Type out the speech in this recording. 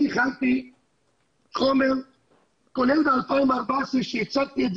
אני הכנתי חומר כולל מ-2014 שהצגתי את